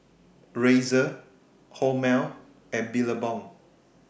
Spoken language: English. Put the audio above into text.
Razer Hormel and Billabong